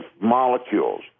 molecules